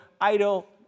idle